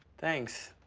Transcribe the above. thanks.